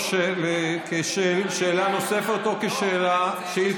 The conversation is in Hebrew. או כשאלה נוספת או כשאילתה.